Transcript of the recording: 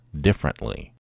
differently